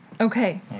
Okay